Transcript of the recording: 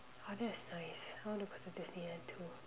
!wow! that's nice I want to go to Disneyland too